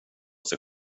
sig